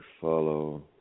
follow